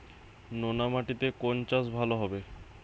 নোনা মাটিতে কোন চাষ ভালো হবে?